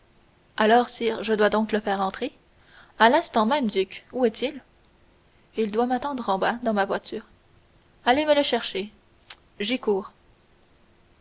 alors sire je dois donc le faire entrer à l'instant même duc où est-il il doit m'attendre en bas dans ma voiture allez me le chercher j'y cours